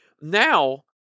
Now